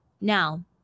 Now